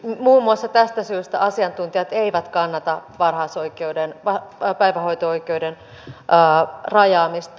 muun muassa tästä syystä asiantuntijat eivät kannata päivähoito oikeuden rajaamista